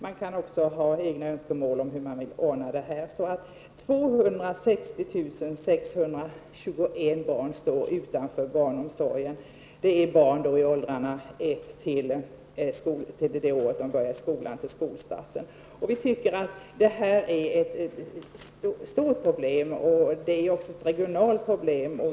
Man kan också ha egna önskemål om hur man vill ordna denna omsorg. 260 621 barn står utanför barnomsorgen. Det är barn från ett år och upp till skolåldern. Vi tycker att detta är ett stort problem, och det är också ett regionalt problem.